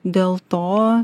dėl to